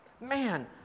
Man